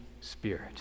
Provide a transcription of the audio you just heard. Spirit